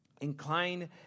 Incline